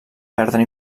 perdre